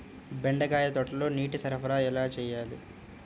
బెండకాయ తోటలో నీటి సరఫరా ఎలా చేయాలి?